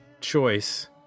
choice